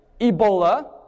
Ebola